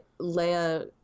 Leia